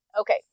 Okay